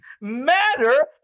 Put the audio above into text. matter